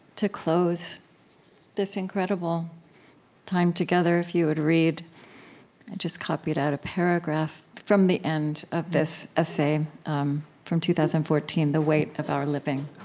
to close this incredible time together, if you would read i just copied out a paragraph from the end of this essay um from two thousand and fourteen, the weight of our living.